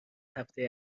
هفته